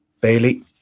Bailey